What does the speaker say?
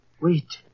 Wait